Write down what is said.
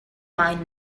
mine